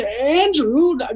Andrew